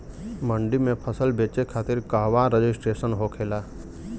मंडी में फसल बेचे खातिर कहवा रजिस्ट्रेशन होखेला?